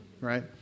right